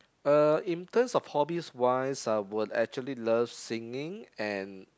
uh in terms of hobbies wise I would actually love singing and